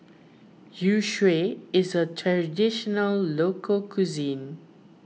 Youtiao is a Traditional Local Cuisine